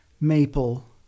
Maple